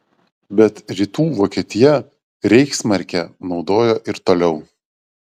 bet rytų vokietija reichsmarkę naudojo ir toliau